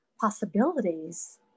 possibilities